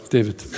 David